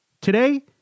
Today